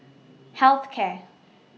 Health Care